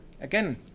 Again